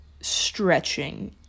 stretching